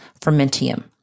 fermentium